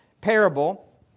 parable